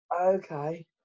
Okay